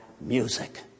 music